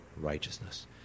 righteousness